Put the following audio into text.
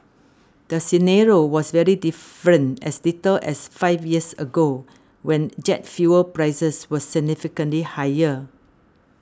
the scenario was very different as little as five years ago when jet fuel prices were significantly higher